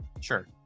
sure